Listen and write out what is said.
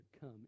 come